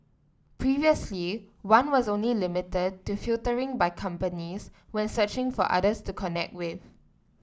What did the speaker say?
previously one was only limited to filtering by companies when searching for others to connect with